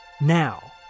Now